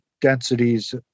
densities